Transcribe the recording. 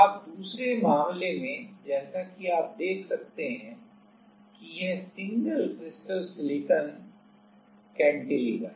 अब दूसरे मामले में जैसा कि आप देख सकते हैं कि यह सिंगल क्रिस्टल सिलिकॉन कैंटिलीवर है